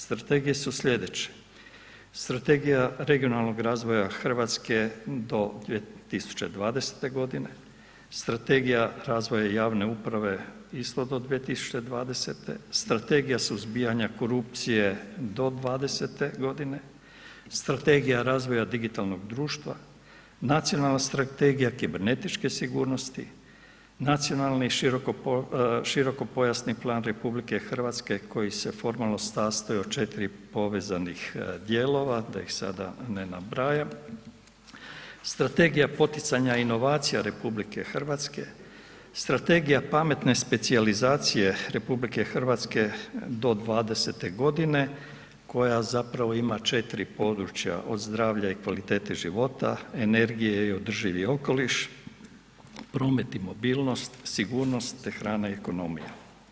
Strategije su slijedeće, Strategija regionalnog razvoja Hrvatske do 2020. g., Strategija razvoja javne uprave, isto do 2020., Strategija suzbijanja korupcije do 2020. g., Strategija razvoja digitalnog društva, nacionalne strategija kibernetičke sigurnosti, Nacionalni širokopojasni plan RH koji se formalni sastoji od 4 povezanih dijelova da ih sada ne nabrajam, Strategija poticanja inovacija RH, Strategija pametne specijalizacije RH do 2020. g. koja zapravo ima 4 područja od zdravlja i kvalitete života, energije i održivi okoliš, promet i mobilnost, sigurnost te hrana i ekonomija.